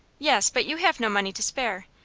yes, but you have no money to spare.